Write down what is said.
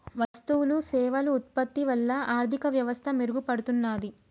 వస్తువులు సేవలు ఉత్పత్తి వల్ల ఆర్థిక వ్యవస్థ మెరుగుపడుతున్నాది